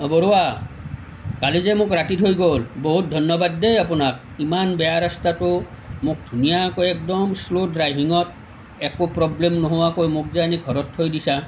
অঁ বৰুৱা কালি যে মোক ৰাতি থৈ গ'ল বহুত ধন্যবাদ দেই আপোনাক ইমান বেয়া ৰাস্তাটো মোক ধুনীয়াকৈ একদম শ্লো ড্ৰাইভিঙত একো প্ৰব্লেম নোহোৱাকৈ মোক যে আনি থৈ দিছা